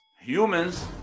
humans